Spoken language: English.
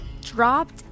dropped